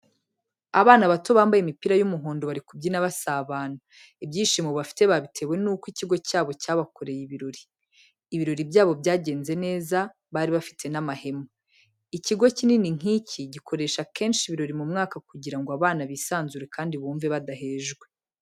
Abana bato bambaye imipira y'umuhondo bari kubyina basabana, ibyishimo bafite babitewe n'uko ikigo cyabo cyabakoreye ibirori. Ibirori byabo byagenze neza bari bafite n'amahema. Ikigo kinini nk'iki gikoresha kenshi ibirori mu mwaka kugira ngo abana bisanzure kandi bumve badahejwe.